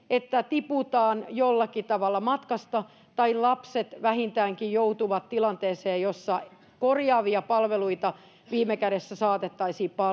että tiputaan jollakin tavalla matkasta tai lapset vähintäänkin joutuvat tilanteeseen jossa korjaavia palveluita viime kädessä saatettaisiin